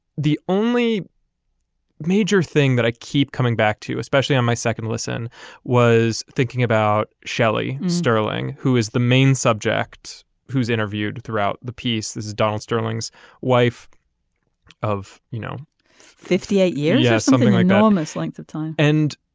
the only major thing that i keep coming back to especially on my second listen was thinking about shelly sterling who is the main subject who's interviewed throughout the piece. this is donald sterling's wife of you know fifty eight years yeah something i know on this length of time and